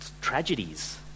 tragedies